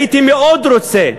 הייתי מאוד רוצה,